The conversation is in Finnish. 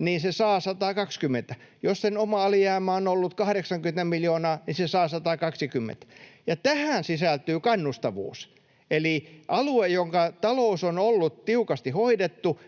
niin se saa 120. Jos sen oma alijäämä on ollut 80 miljoonaa, niin se saa 120. Ja tähän sisältyy kannustavuus. Eli alue, jonka talous on ollut tiukasti hoidettu,